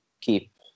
Keep